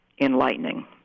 Enlightening